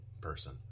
person